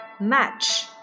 match